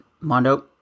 Mondo